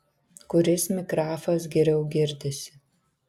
kuris mikrafas geriau girdisi